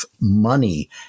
money